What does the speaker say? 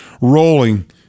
rolling